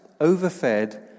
overfed